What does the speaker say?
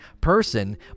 person